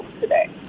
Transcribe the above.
today